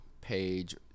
page